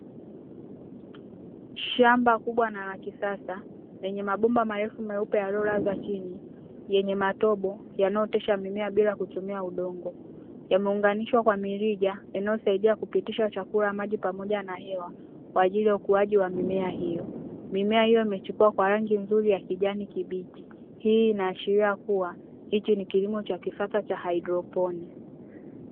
Shamba kubwa na la kisasa lenye mabomba marefu meupe yaliyolazwa chini, yenye matobo yanayooteshwa mimea bila kutumia udongo. Yameunganishwa kwa mirija inayosaidia kupitisha chakula, maji pamoja na hewa kwa ajili ya ukuaji wa mimea hiyo. Mimea hiyo imechipua kwa rangi nzuri ya kijani kibichi, hii inaashiria kuwa hichi ni kilimo cha kisasa cha haidroponi.